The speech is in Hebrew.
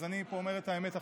אז אני אומר את האמת עכשיו.